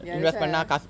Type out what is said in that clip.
ya that's why